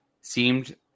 seemed